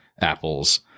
apples